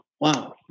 Wow